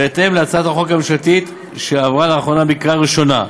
בהתאם להצעת החוק הממשלתית שעברה לאחרונה בקריאה ראשונה,